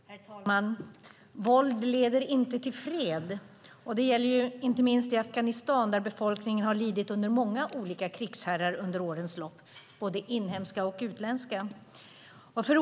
Herr talman! Våld leder inte till fred. Det gäller inte minst i Afghanistan vars befolkning har lidit under många olika krigsherrar, både inhemska och utländska, under årens lopp.